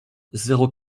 zéro